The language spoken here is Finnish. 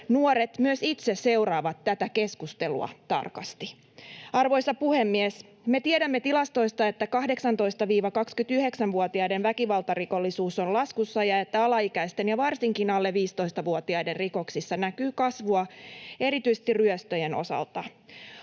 Nuoret myös itse seuraavat tätä keskustelua tarkasti. Arvoisa puhemies! Me tiedämme tilastoista, että 18—29-vuotiaiden väkivaltarikollisuus on laskussa ja että alaikäisten ja varsinkin alle 15-vuotiaiden rikoksissa näkyy kasvua erityisesti ryöstöjen osalta.